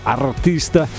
artista